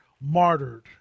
martyred